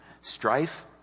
Strife